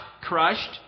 crushed